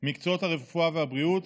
מקצועות הרפואה והבריאות,